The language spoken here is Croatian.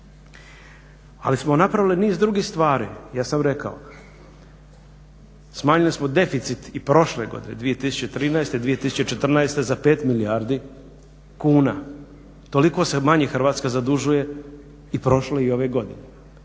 Ali smo napravili niz drugih stvari, ja sam rekao, smanjili smo deficit i prošle godine 2013./2014. za 5 milijardi kuna, toliko se manje Hrvatska zadužuje i prošle i ove godine